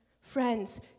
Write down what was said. friends